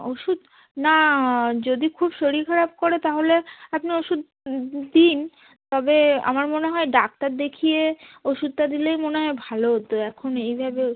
ওষুদ না যদি খুব শরীর খারাপ করে তাহলে আপনি ওষুধ দিন তবে আমার মনে হয় ডাক্তার দেখিয়ে ওষুধটা দিলেই মনে হয় ভালো হতো এখন এইভাবে